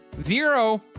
zero